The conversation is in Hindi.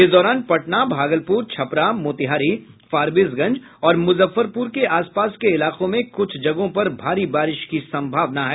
इस दौरान पटना भागलपुर छपरा मोतिहारी फारबिसगंज और मुजफ्फरपुर के आस पास के इलाकों में कुछ जगहों पर भारी बारिश की संभावना है